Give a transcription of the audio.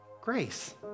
grace